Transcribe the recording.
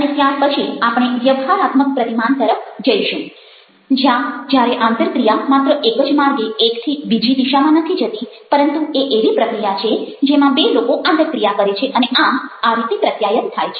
અને ત્યાર પછી આપણે વ્યવહારાત્મક પ્રતિમાન તરફ જઈશું જ્યારે આંતરક્રિયા માત્ર એક જ માર્ગે એકથી બીજી દિશામાં નથી જતી પરંતુ એ એવી પ્રક્રિયા છે જેમાં બે લોકો આંતરક્રિયા કરે છે અને આમ આ રીતે પ્રત્યાયન થાય છે